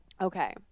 okay